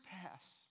pass